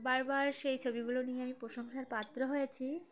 বারবার সেই ছবিগুলো নিয়ে আমি প্রশংসার পাত্র হয়েছি